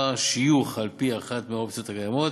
שיוך על-פי אחת מהאופציות הקיימות,